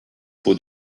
pots